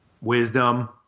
Wisdom